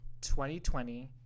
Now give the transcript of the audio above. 2020